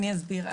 אסביר.